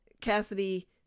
Cassidy